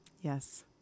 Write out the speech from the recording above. Yes